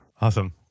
Awesome